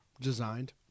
Designed